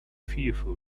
fearful